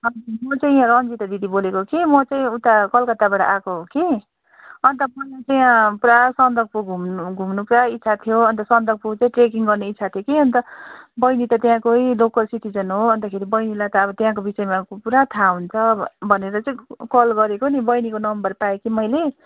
अनि म चाहिँ रन्जिता दिदी बोलेको के म चाहिँ उता कलकत्ताबाट आएको हो के अन्त त्यहाँ पुरा सन्दकफू घुम्नु घुम्नुको लागि इच्छा थियो अन्त सन्दकफू चाहिँ ट्रेकिङ गर्ने इच्छा थियो कि अन्त बैनी चाहिँ त्यहाँकै लोकल सिटिजन हो अन्तखेरि बैनीलाई त अब त्यहाँको विषयमा त अब पुरा थाहा हुन्छ अब भनेर चाहिँ कल गरेको नि बैनीको नम्बर पाएँ कि मैले